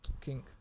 King